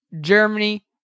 Germany